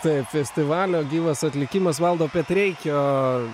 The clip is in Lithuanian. taip festivalio gyvas atlikimas valdo petreikio